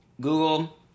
Google